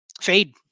fade